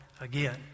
again